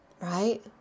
right